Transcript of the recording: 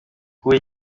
huye